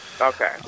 Okay